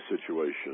situation